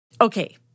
Okay